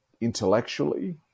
intellectually